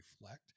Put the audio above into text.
reflect